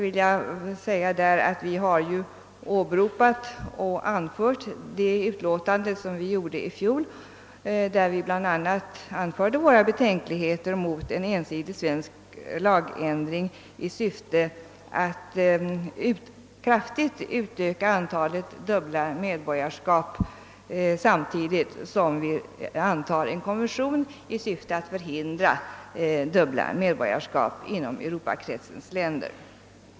Vi har därvidlag åberopat det utlåtande vi gjorde i fjol, där vi bl.a. anförde våra betänkligheter mot en ensidig svensk lagändring i syfte att kraftigt utöka antalet dubbla medborgarskap samtidigt som vi skulle anta en konvention i syfte att förhindra dubbla medborgarskap inom Europakretsens länder.